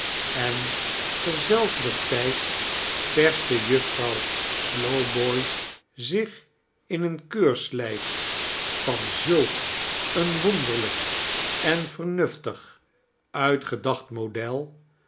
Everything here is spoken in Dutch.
en terzelfder tijd peirste juffrouw slowboy zich in een keurslijf van zulk een wonderlijk en vernuftig uitgedacht model